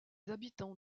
habitants